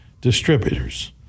distributors